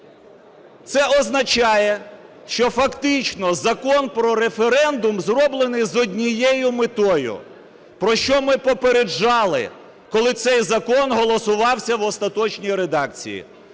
Це означає, що фактично Закон про референдум зроблений з однією метою, про що ми попереджали, коли цей закон голосувався в остаточній редакції: